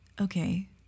okay